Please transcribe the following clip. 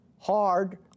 hard